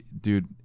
dude